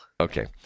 Okay